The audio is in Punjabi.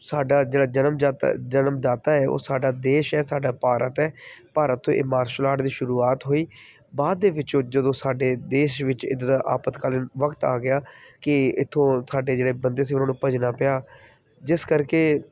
ਸਾਡਾ ਜਿਹੜਾ ਜਨਮ ਜਾ ਜਨਮ ਦਾਤਾ ਹੈ ਉਹ ਸਾਡਾ ਦੇਸ਼ ਹੈ ਸਾਡਾ ਭਾਰਤ ਹੈ ਭਾਰਤ ਤੋਂ ਇਹ ਮਾਰਸ਼ਲ ਆਰਟ ਦੀ ਸ਼ੁਰੂਆਤ ਹੋਈ ਬਾਅਦ ਦੇ ਵਿੱਚੋਂ ਜਦੋਂ ਸਾਡੇ ਦੇਸ਼ ਵਿੱਚ ਇੱਦਾਂ ਦਾ ਅਪਾਤਕਾਲੀਨ ਵਕਤ ਆ ਗਿਆ ਕਿ ਇੱਥੋਂ ਸਾਡੇ ਜਿਹੜੇ ਬੰਦੇ ਸੀ ਉਹਨਾਂ ਨੂੰ ਭੱਜਣਾ ਪਿਆ ਜਿਸ ਕਰਕੇ